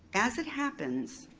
as it happens,